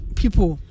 people